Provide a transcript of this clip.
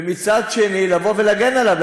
לבוא ולהגן עליו,